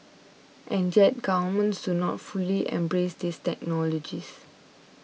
and yet governments do not fully embrace these technologies